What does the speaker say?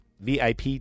VIP